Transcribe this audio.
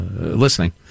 listening